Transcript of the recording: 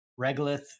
Regolith